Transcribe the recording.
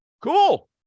Cool